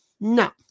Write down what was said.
No